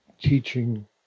teaching